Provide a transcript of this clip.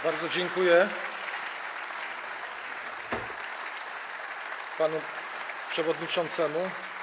Bardzo dziękuję panu przewodniczącemu.